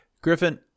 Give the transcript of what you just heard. Griffin